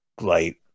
light